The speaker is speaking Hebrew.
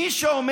מי שקורא